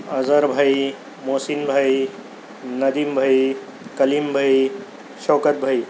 آظہر بھائی محسن بھائی ندیم بھائی کلیم بھائی شوکت بھائی